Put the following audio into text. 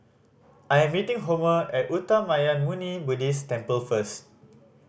I am meeting Homer at Uttamayanmuni Buddhist Temple first